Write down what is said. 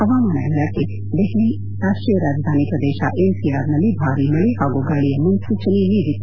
ಹವಾಮಾನ ಇಲಾಖೆ ದೆಹಲಿ ರಾಷ್ಷೀಯ ರಾಜಧಾನಿ ಪ್ರದೇಶ ಎನ್ ಸಿ ಆರ್ ನಲ್ಲಿ ಭಾರೀ ಮಳೆ ಹಾಗೂ ಗಾಳಿಯ ಮುನ್ನೂಚನೆ ನೀಡಿತ್ತು